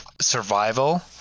survival